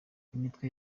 imitwe